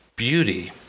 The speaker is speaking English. Beauty